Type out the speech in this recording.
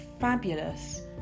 fabulous